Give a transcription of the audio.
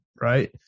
right